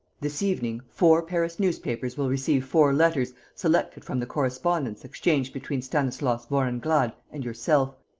this evening four paris newspapers will receive four letters selected from the correspondence exchanged between stanislas vorenglade and yourself,